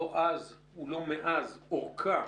לא אז ולא מאז, אורכה